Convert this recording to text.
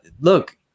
Look